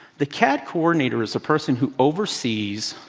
the cad coordinator is a person who oversees